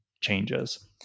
changes